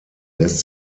lässt